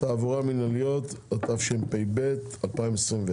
תעבורה מנהליות, התשפ"ב-2021.